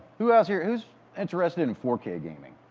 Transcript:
who else here who's interested in four k gaming?